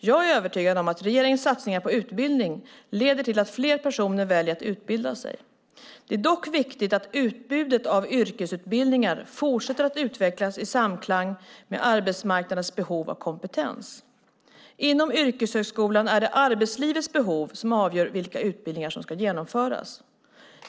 Jag är övertygad om att regeringens satsningar på utbildning leder till att fler personer väljer att utbilda sig. Det är dock viktigt att utbudet av yrkesutbildningar fortsätter att utvecklas i samklang med arbetsmarknadens behov av kompetens. Inom yrkeshögskolan är det arbetslivets behov som avgör vilka utbildningar som ska genomföras.